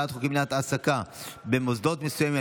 אני קובע שהצעת חוק שירות המדינה (מינויים) (תיקון מס' 20)